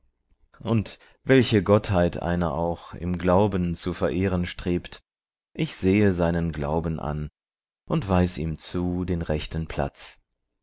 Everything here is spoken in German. und welche gottheit einer auch im glauben zu verehren strebt ich sehe seinen glauben an und weis ihm zu den rechten platz